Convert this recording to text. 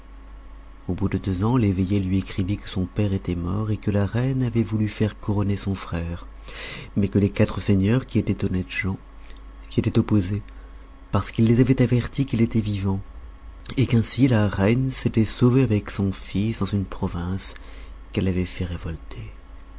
au bout de deux ans l'eveillé lui écrivit que son père était mort et que la reine avait voulu faire couronner son frère mais que les quatre seigneurs qui étaient honnêtes gens s'y étaient opposés parce qu'il les avait avertis qu'il était vivant qu'ainsi la reine s'était sauvée avec son fils dans une province qu'elle avait fait révolter